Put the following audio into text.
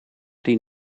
die